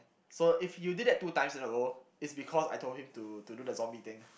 so if you did that two times in a row it's because I told him to do the zombie thing